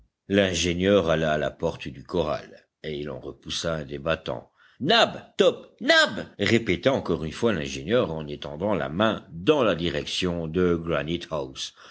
l'ingénieur alla à la porte du corral et il en repoussa un des battants nab top nab répéta encore une fois l'ingénieur en étendant la main dans la direction de